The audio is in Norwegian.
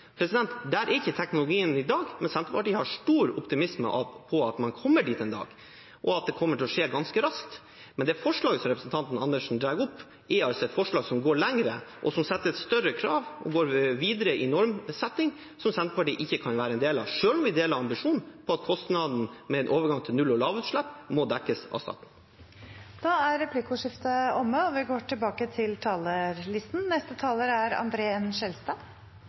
Der er ikke teknologien i dag, men Senterpartiet har stor optimisme med tanke på at man kommer dit en dag, og at det kommer til å skje ganske raskt. Men det forslaget som representanten Andersen drar opp, er et forslag som går lenger, og som setter et større krav og går videre i normsetting, som Senterpartiet ikke kan være en del av, selv om vi deler ambisjonen om at kostnaden ved overgang til null- og lavutslipp må dekkes av staten. Replikkordskiftet er omme. Vi